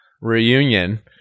reunion